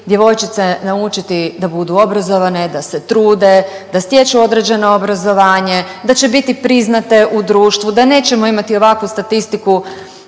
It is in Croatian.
djevojčice naučiti da budu obrazovane, da se trude, da stječu određeno obrazovanje, da će biti priznate u društvu, da nećemo imati ovakvu statistiku